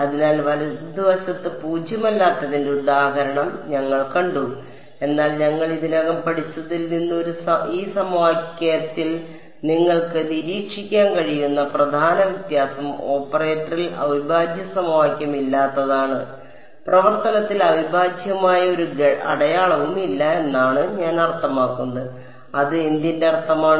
അതിനാൽ വലതുവശത്ത് പൂജ്യമല്ലാത്തതിന്റെ ഉദാഹരണങ്ങൾ ഞങ്ങൾ കണ്ടു എന്നാൽ ഞങ്ങൾ ഇതിനകം പഠിച്ചതിൽ നിന്ന് ഈ സമവാക്യത്തിൽ നിങ്ങൾക്ക് നിരീക്ഷിക്കാൻ കഴിയുന്ന പ്രധാന വ്യത്യാസം ഓപ്പറേറ്ററിൽ അവിഭാജ്യ സമവാക്യം ഇല്ലാത്തതാണ് പ്രവർത്തനത്തിൽ അവിഭാജ്യമായ ഒരു അടയാളവും ഇല്ല എന്നാണ് ഞാൻ അർത്ഥമാക്കുന്നത് അത് എന്തിന്റെ അർത്ഥമാണ്